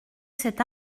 cet